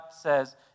says